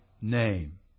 name